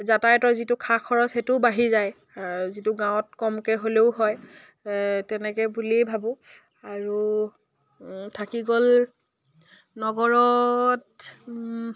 যাতায়তৰ যিটো খা খৰচ সেইটোও বাঢ়ি যায় আৰু যিটো গাঁৱত কমকৈ হ'লেও হয় তেনেকৈ বুলিয়েই ভাবোঁ আৰু থাকি গ'ল নগৰত